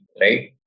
right